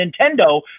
nintendo